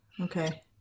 Okay